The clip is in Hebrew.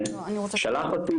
ושלח אותי,